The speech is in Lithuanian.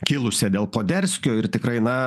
kilusią dėl poderskio ir tikrai na